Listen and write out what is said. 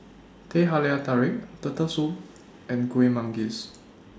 Teh Halia Tarik Turtle Soup and Kueh Manggis